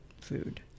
food